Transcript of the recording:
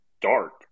dark